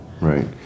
Right